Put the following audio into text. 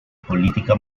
política